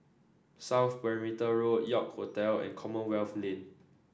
South Perimeter Road York Hotel and Commonwealth Lane